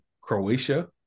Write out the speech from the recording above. Croatia